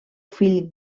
fill